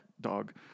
dog